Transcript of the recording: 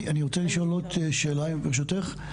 אני רוצה לשאול עוד שאלה, ברשותך?